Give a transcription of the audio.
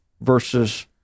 versus